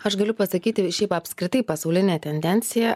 aš galiu pasakyti šiaip apskritai pasaulinė tendencija